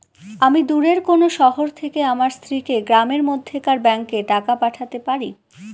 আমি দূরের কোনো শহর থেকে আমার স্ত্রীকে গ্রামের মধ্যেকার ব্যাংকে টাকা পাঠাতে পারি?